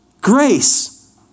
grace